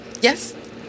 Yes